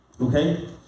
okay